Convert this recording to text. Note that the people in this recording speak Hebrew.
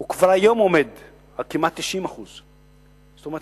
הוא היום כבר עומד על כמעט 90%. זאת אומרת,